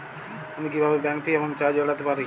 আমি কিভাবে bank fee এবং চার্জ এড়াতে পারি?